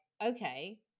okay